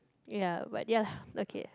ya but ya okay